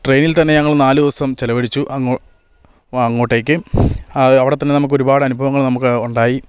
ട്രെയിനിൽ തന്നെ ഞങ്ങൾ നാല് ദിവസം ചിലവഴിച്ചു അങ്ങോട്ടേക്ക് അത് അവിടെ തന്നെ നമുക്കൊരുപാട് അനുഭവങ്ങൾ നമുക്ക് ഉണ്ടായി